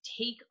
take